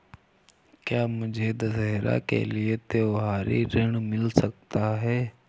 क्या मुझे दशहरा के लिए त्योहारी ऋण मिल सकता है?